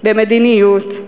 במדיניות,